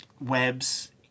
webs